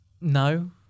No